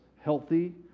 healthy